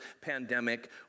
pandemic